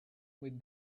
with